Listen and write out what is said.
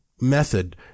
method